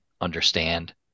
understand